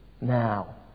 now